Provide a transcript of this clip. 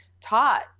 taught